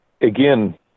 again